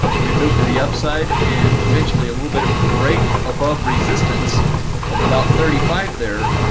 we move to the upside. and potentially a little bit of a break above resistance of about thirty five there.